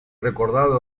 recordado